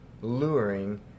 luring